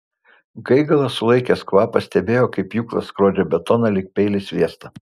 gaigalas sulaikęs kvapą stebėjo kaip pjūklas skrodžia betoną lyg peilis sviestą